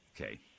Okay